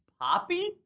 Poppy